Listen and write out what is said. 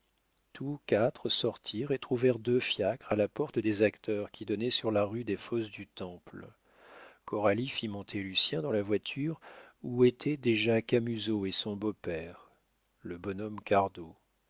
tous quatre sortirent et trouvèrent deux fiacres à la porte des acteurs qui donnait sur la rue des fossés du temple coralie fit monter lucien dans la voiture où était déjà camusot et son beau-père le bonhomme